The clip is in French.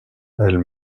elle